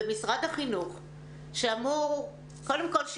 קודם כל,